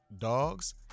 dogs